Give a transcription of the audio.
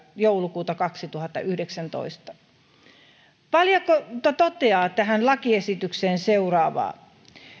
joulukuuta kaksituhattayhdeksäntoista valiokunta toteaa tähän lakiesitykseen seuraavaa